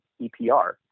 EPR